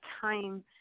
time